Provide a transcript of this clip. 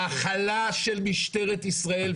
ההכלה של משטרת ישראל,